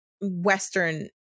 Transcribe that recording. western